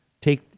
take